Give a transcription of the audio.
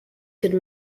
could